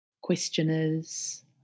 questioners